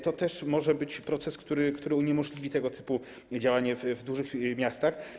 To też może być proces, który uniemożliwi tego typu działanie w dużych miastach.